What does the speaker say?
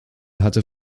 hatte